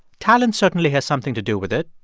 talent certainly has something to do with it.